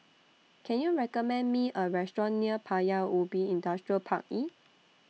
Can YOU recommend Me A Restaurant near Paya Ubi Industrial Park E